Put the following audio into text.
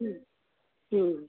ಹ್ಞೂ ಹ್ಞೂ